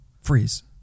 freeze